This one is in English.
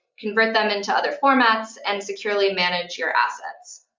convert them into other formats, and securely manage your assets.